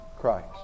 Christ